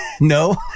No